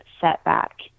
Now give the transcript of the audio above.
setback